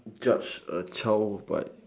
judge a child by